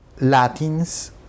Latins